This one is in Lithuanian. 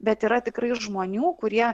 bet yra tikrai žmonių kurie